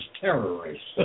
terrorists